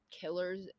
killers